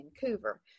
Vancouver